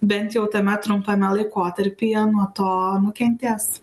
bent jau tame trumpame laikotarpyje nuo to nukentės